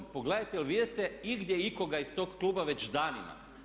Pogledajte, jel vidite igdje ikoga iz tog kluba već danima?